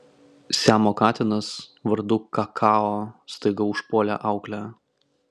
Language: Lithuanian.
siamo katinas vardu kakao staiga užpuolė auklę